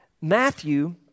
Matthew